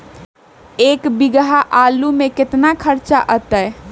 एक बीघा आलू में केतना खर्चा अतै?